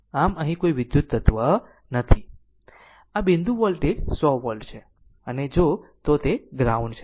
આમ અહીં કોઈ વિદ્યુત તત્વ નથી આ બિંદુ વોલ્ટેજ 100 વોલ્ટ છે અને જો તો તે ગ્રાઉન્ડ છે